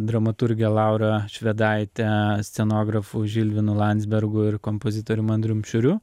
dramaturge laura švedaite scenografu žilvinu landzbergu ir kompozitorium andrium šiuriu